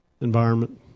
environment